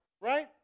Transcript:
right